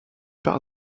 par